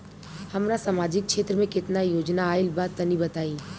हमरा समाजिक क्षेत्र में केतना योजना आइल बा तनि बताईं?